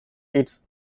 its